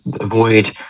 avoid